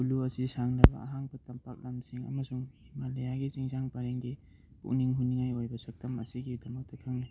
ꯀꯨꯂꯨ ꯑꯁꯤ ꯁꯥꯡꯂꯕ ꯑꯍꯥꯡꯕ ꯇꯝꯄꯥꯛ ꯂꯝꯁꯤꯡ ꯑꯃꯁꯨꯡ ꯃꯂꯥꯌꯥꯒꯤ ꯆꯤꯡꯁꯥꯡ ꯄꯔꯦꯡꯒꯤ ꯄꯨꯛꯅꯤꯡ ꯍꯨꯅꯤꯡꯉꯥꯏ ꯑꯣꯏꯕ ꯁꯛꯇꯝ ꯑꯁꯤꯒꯤꯗꯃꯛꯇ ꯈꯪꯅꯩ